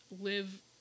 live